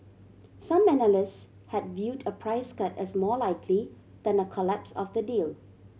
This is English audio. some analysts had viewed a price cut as more likely than a collapse of the deal